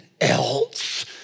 else